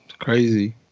crazy